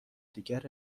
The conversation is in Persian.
دیگر